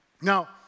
Now